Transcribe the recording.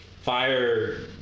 fire